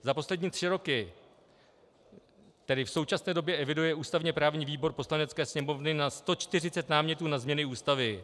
Za poslední tři roky, tedy v současné době, eviduje ústavněprávní výbor Poslanecké sněmovny na 140 námětů na změny Ústavy.